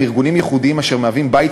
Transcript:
הם ארגונים ייחודיים אשר מהווים בית